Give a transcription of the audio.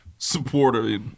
Supporter